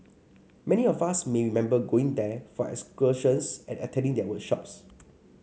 many of us may remember going there for excursions and attending their workshops